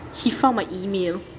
he found my email